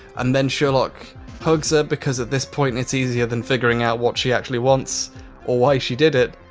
and then sherlock hugs her, because at this point it's easier than figuring out what she actually wants or why she did it.